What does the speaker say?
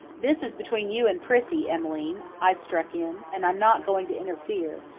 this is between you and prissy, emmeline, i struck in, and i'm not going to interfere.